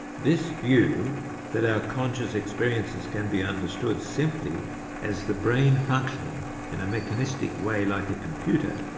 this view that our conscious experiences can be understood simply as the brain functioning in a mechanistic way like a computer,